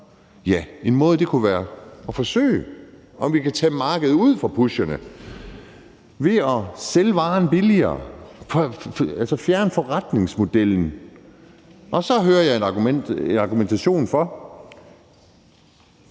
Ja, en måde kunne være at forsøge, om vi kunne tage markedet væk fra pusherne ved at sælge varen billigere – altså fjerne forretningsmodellen. Og så hører jeg en argumentation for,